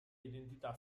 identità